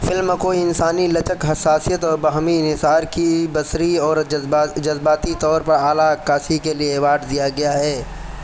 film کو انسانی لچک حساسیت اور باہمی انحصار کی بصری اور جذباتی طور پر اعلیٰ عکاسی کے لیے ایواڈ دیا گیا ہے